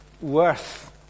worth